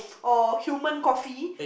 or human coffee